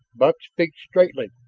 buck speaks straightly,